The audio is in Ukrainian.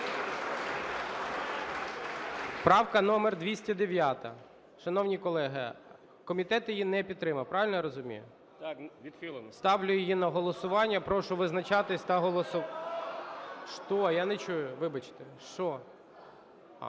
Правка номер 209-а. Шановні колеги, комітет її не підтримав. Правильно я розумію? Ставлю її на голосування. Прошу визначатись та… (Шум у залі) Я не чую, вибачте. Що?